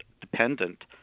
dependent